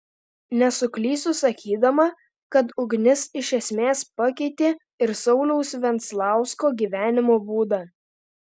nesuklysiu sakydama kad ugnis iš esmės pakeitė ir sauliaus venclausko gyvenimo būdą